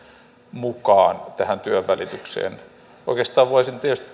mukaan tähän työnvälitykseen oikeastaan voisin tietysti